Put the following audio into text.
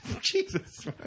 Jesus